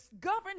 govern